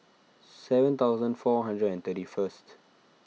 seven thousand four hundred and thirty first